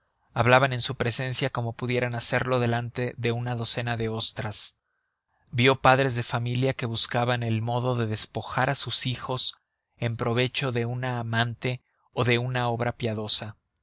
hablaban en su presencia como pudieran hacerlo delante de una docena de ostras vio padres de familia que buscaban el modo de despojar a sus hijos en provecho de una amante o de alguna obra piadosa